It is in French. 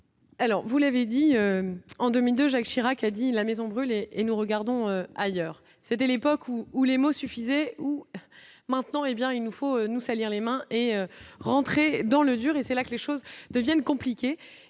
Alors vous l'avez dit, en 2002, Jacques Chirac a dit la maison brûlée et nous regardons ailleurs, c'était l'époque où, où les mots suffisaient où maintenant, hé bien, il nous faut nous salir les mains et rentrer dans le dur et c'est là que les choses deviennent compliquées